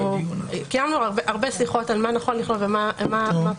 אני כן אגיד שקיימנו הרבה שיחות מה נכון לכלול ומה פחות.